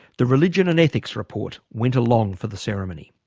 the religion and ethics report went along for the ceremony.